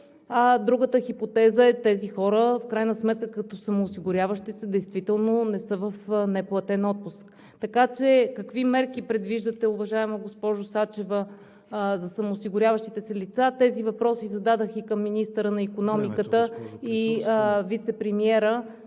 Другата хипотеза е тези хора в крайна сметка като самоосигуряващи се действително не са в неплатен отпуск. Какви мерки предвиждате, уважаема госпожо Сачева, за самоосигуряващите се лица? Тези въпроси зададох и към министъра на икономиката и вицепремиера